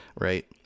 Right